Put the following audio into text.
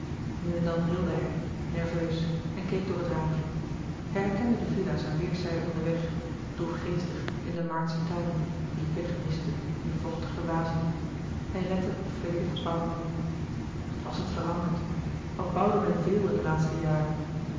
nu en dan rilde hij nerveus en keek door het raampje hij herkende de villa's aan weêrszijden van den weg droefgeestig in de maartsche tuinen die wegmistten in vochtige wazen hij lette op vele verbouwingen wat was het veranderd wat bouwde men veel in de laatste jaren